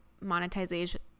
monetization